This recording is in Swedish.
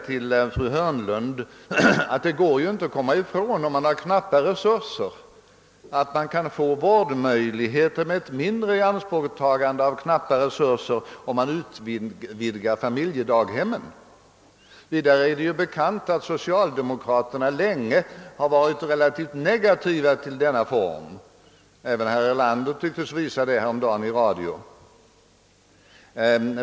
Till fru Hörnlund vill jag säga att man kan få vårdmöjligheter med ett mindre ianspråktagande av knappa resurser om man utvidgar familjedaghemmen. Det är bekant att socialdemokraterna länge har varit relativt negativa till denna reform även herr Erlander tycktes visa det häromdagen i radio.